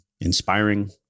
inspiring